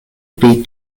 pri